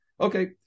Okay